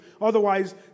Otherwise